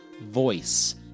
voice